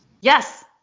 Yes